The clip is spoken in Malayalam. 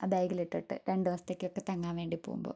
ബാഗിലിട്ടിട്ട് രണ്ട് ദിവസത്തേക്ക് ഒക്കെ തങ്ങാൻ വേണ്ടി പോകുമ്പോൾ